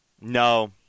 No